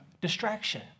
distraction